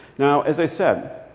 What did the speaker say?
now, as i said,